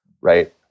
Right